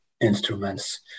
instruments